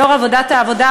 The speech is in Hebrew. יושב-ראש ועדת העבודה,